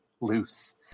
loose